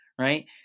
right